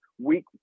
week